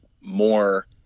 more